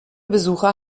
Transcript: besucher